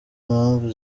mpamvu